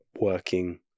working